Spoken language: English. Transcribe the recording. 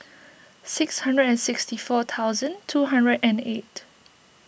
six hundred and sixty four thousand two hundred and eight